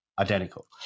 identical